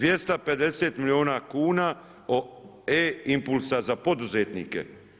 250 milijuna kuna E-impulsa za poduzetnike.